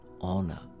honor